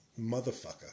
Motherfucker